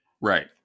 Right